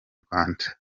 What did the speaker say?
rwanda